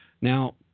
Now